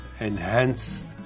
enhance